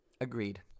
Agreed